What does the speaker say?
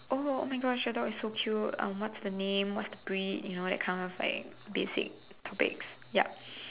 oh oh my Gosh your dog is so cute um what's the name what's the breed you know that kind of like basic topics yup